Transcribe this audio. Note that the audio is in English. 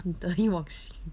得意忘形